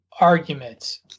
arguments